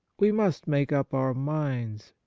we must make up our minds,